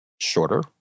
shorter